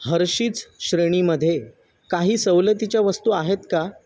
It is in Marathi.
हर्षीज श्रेणीमध्ये काही सवलतीच्या वस्तू आहेत का